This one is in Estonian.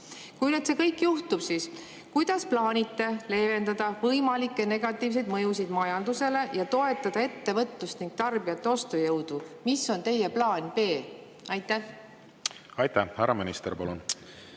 Kui see kõik juhtub, siis kuidas plaanite leevendada võimalikke negatiivseid mõjusid majandusele ja toetada ettevõtlust ning tarbijate ostujõudu? Mis on teie plaan B? Ma tänan veel kord,